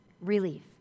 Relief